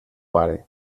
pare